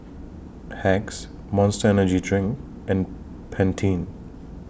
Hacks Monster Energy Drink and Pantene